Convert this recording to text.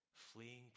fleeing